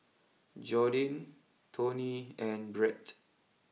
Jordyn Tony and Brett